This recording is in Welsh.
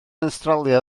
awstralia